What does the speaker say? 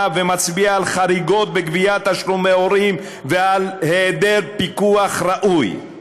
מצביע על חריגות בגביית תשלומי הורים ועל היעדר פיקוח ראוי.